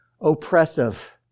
oppressive